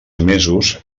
mesos